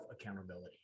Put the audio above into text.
accountability